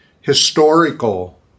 historical